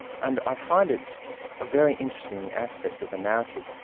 and i find it a very interesting aspect of the narrative.